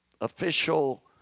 official